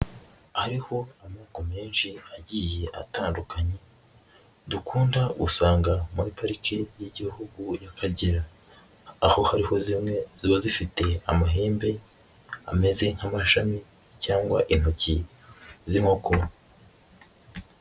Hariho amoko menshi agiye atandukanye dukunda gusanga muri Parike y'Igihugu y'Akagera, aho hariho zimwe ziba zifite amahembe ameze nk'amashami cyangwa intoki z'inkoko.